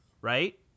right